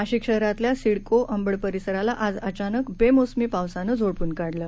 नाशिकशहरातल्यासिडको अंबडपरिसरालाआजअचानकबेमोसमीपावसानंझोडपूनकाढले